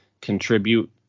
contribute